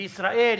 בישראל,